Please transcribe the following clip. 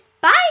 bye